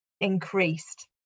increased